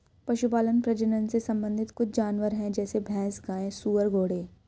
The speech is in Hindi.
पशुपालन प्रजनन से संबंधित कुछ जानवर है जैसे भैंस, गाय, सुअर, घोड़े